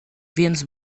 więc